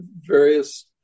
various